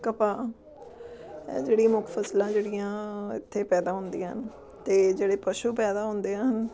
ਕਪਾਹ ਹੈ ਜਿਹੜੀ ਮੁੱਖ ਫ਼ਸਲਾਂ ਜਿਹੜੀਆਂ ਇੱਥੇ ਪੈਦਾ ਹੁੰਦੀਆਂ ਹਨ ਅਤੇ ਜਿਹੜੇ ਪਸ਼ੂ ਪੈਦਾ ਹੁੰਦੇ ਹਨ